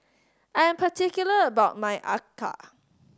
I am particular about my acar